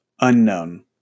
unknown